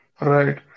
Right